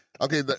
Okay